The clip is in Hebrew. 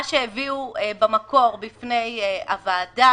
מה שהביאו במקור בפני הוועדה